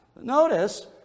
Notice